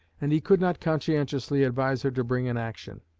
and he could not conscientiously advise her to bring an action.